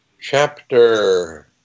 chapter